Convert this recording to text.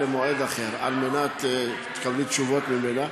למועד אחר על מנת שתקבלי תשובות ממנה,